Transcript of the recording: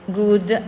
good